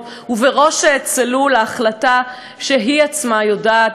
ובראש צלול להחלטה שהיא עצמה יודעת,